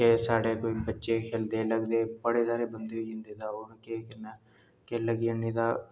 के साढ़े बच्चे खेलदे न बड़े सारे बंदे होई गे न कि लग्गी जंदी तां